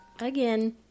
Again